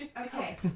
Okay